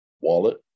wallet